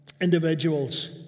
individuals